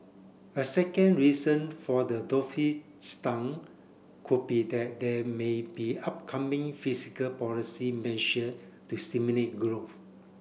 a second reason for the could be that there may be upcoming fiscal policy measure to stimulate grow